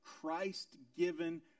Christ-given